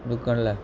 डुकण लाइ